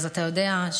אתה יודע,